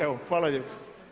Evo hvala lijepo.